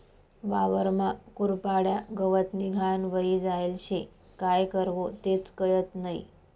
वावरमा कुरपाड्या, गवतनी घाण व्हयी जायेल शे, काय करवो तेच कयत नही?